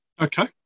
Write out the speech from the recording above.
okay